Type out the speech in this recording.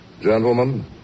Gentlemen